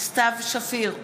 סתיו שפיר,